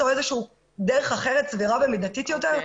איזושהי דרך אחרת סבירה ומידתית יותר?